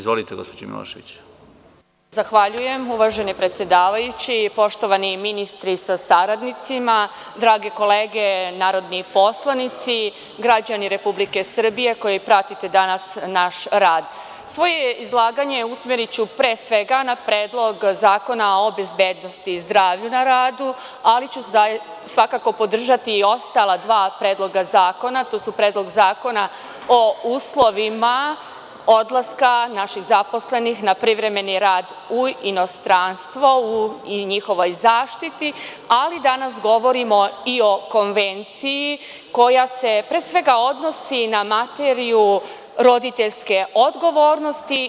Zahvaljujem uvaženi predsedavajući i poštovani ministre sa saradnicima, drage kolege poslanici, građani Republike Srbije koji pratite danas naš rad, svoje izlaganje usmeriću pre svega na Predlog zakona o bezbednosti i zdravlja na radu, ali ću svakako podržati i ostala dva predloga zakona, a to je Predlog zakona o uslovima odlaska naših zaposlenih na privremeni rad u inostranstvo i njihovoj zaštiti, ali danas govorimo i o Konvenciji, koja se pre svega odnosi na materiju roditeljske odgovornosti.